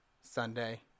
Sunday